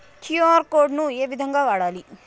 QR code ను ఏ విధంగా వాడాలి?